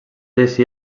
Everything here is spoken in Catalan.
així